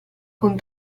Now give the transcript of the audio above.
con